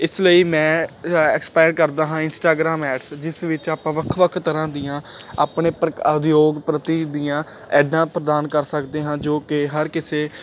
ਇਸ ਲਈ ਮੈਂ ਐਕਸਪਾਇਰ ਕਰਦਾ ਹੈ ਇੰਸਟਾਗ੍ਰਾਮ ਐਡਸ ਜਿਸ ਵਿੱਚ ਆਪਾਂ ਵੱਖ ਵੱਖ ਤਰ੍ਹਾਂ ਦੀਆਂ ਆਪਣੇ ਪ੍ਰਕਾਰ ਉਦਯੋਗ ਪ੍ਰਤੀ ਦੀਆਂ ਐਡਾਂ ਪ੍ਰਦਾਨ ਕਰ ਸਕਦੇ ਹਾਂ ਜੋ ਕਿ ਹਰ ਕਿਸੇ